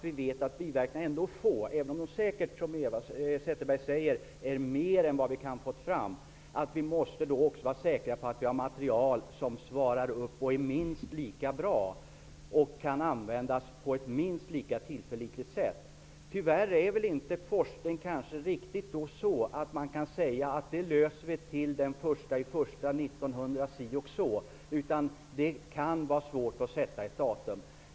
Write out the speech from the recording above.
Vi vet att biverkningarna är få även om de säkert, som Eva Zetterberg säger, är fler än vad vi har fått fram. Vi måste vara säkra på att det finns material som svarar upp mot, är minst lika bra som och kan användas på ett minst lika tillförlitligt sätt som amalgam. Tyvärr fungerar inte forskningen så att man kan säga att problemet skall lösas till den 1 januari nittonhundra-si-och-så. Det kan vara svårt att sätta ett datum.